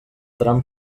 tram